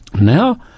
Now